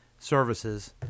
Services